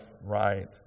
right